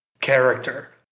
character